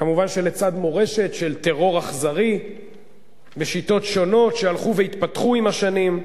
כמובן לצד מורשת של טרור אכזרי בשיטות שונות שהלכו והתפתחו עם השנים,